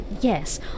Yes